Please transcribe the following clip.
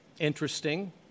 interesting